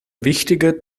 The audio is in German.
wichtige